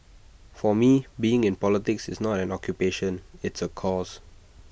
for me being in politics is not an occupation it's A cause